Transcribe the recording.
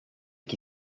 qui